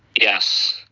Yes